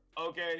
okay